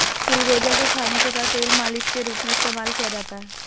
चिलगोजा को खाने तथा तेल मालिश के रूप में इस्तेमाल किया जाता है